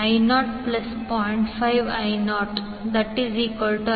ನೀವು ಬರೆಯಬಹುದು 15I00